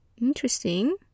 Interesting